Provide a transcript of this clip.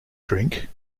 drink